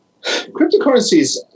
Cryptocurrencies